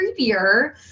creepier